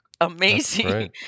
amazing